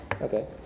Okay